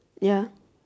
ya